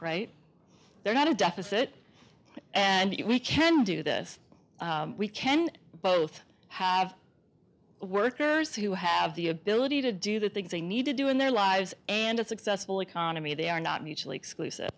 right there not a deficit and if we can do this we can both have workers who have the ability to do the things they need to do in their lives and a successful economy they are not mutually exclusive